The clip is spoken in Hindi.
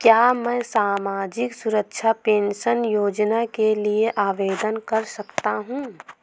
क्या मैं सामाजिक सुरक्षा पेंशन योजना के लिए आवेदन कर सकता हूँ?